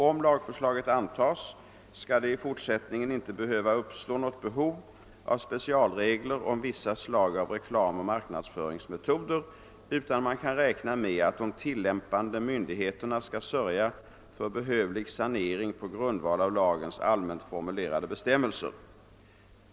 Om lagförslaget antas skall det i fortsättningen inte behöva uppstå något behov av specialregler om vissa slag av reklamoch marknadsföringsmetoder, utan man kan räkna med att de tillämpande myndigheterna skall sörja för behövlig sanering på grundval av lagens allmänt formulerade bestämmelser.